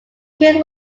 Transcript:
kearns